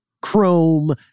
Chrome